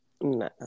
No